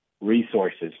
resources